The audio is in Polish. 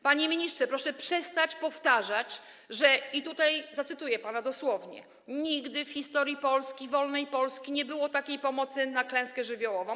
Panie ministrze, proszę przestać powtarzać, że - i tutaj zacytuję pana - nigdy w historii Polski, wolnej Polski, nie było takiej pomocy na klęskę żywiołową.